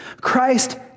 Christ